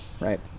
right